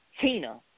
Tina